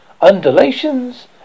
undulations